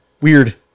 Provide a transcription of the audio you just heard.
weird